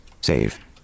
Save